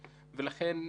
אז התהליך יותר מורכב.